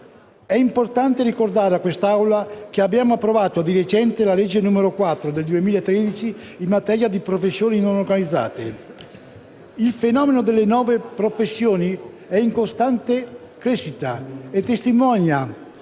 È importante ricordare inoltre a quest'Aula che abbiamo approvato di recente la legge n. 4 del 2013, in materia di professioni non organizzate: il fenomeno delle nuove professioni è in costante crescita, a testimoniare